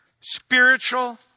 spiritual